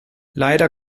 leider